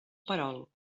perol